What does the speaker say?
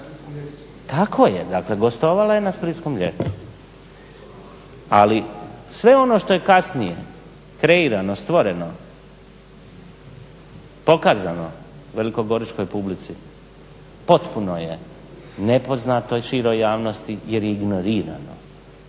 Tako je, dakle gostovala je na Splitskom ljetu. Ali sve ono što je kasnije kreirano, stvoreno, pokazano veliko goričkoj publici potpuno je nepoznato široj javnosti jer je ignorirano.